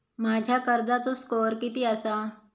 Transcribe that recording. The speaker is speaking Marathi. माझ्या कर्जाचो स्कोअर किती आसा?